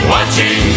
Watching